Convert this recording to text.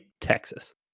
Texas